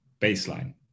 baseline